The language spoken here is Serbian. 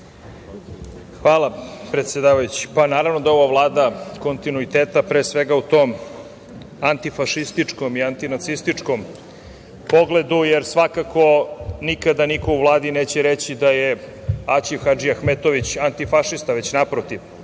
Hvala, predsedavajući. Naravno da je ova vlada kontinuiteta, pre svega u tom antifašističkom i antinacističkom pogledu, jer svakako nikada niko u Vladi neće reći da je Aćif Hadžiahmetović antifašista, već naprotiv.